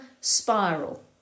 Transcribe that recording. spiral